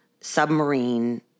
submarine